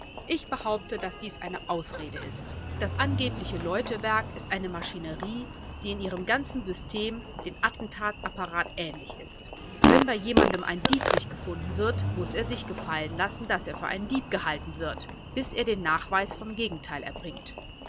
ich behaupte daß dies eine ausrede ist das angebliche läutewerk ist eine maschinerie die in ihrem ganzen system dem attentats apparat ähnlich ist wenn bei jemandem ein dietrich gefunden wird muß er sich gefallen lassen daß er für einen dieb gehalten wird bis er den nachweis vom gegenteil erbringt